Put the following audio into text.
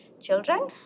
children